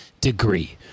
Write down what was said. degree